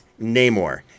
Namor